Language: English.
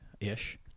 ish